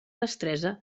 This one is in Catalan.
destresa